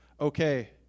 okay